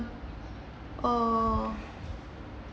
uh